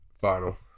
Final